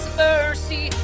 mercy